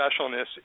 specialness